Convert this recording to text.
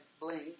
blink